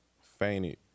fainted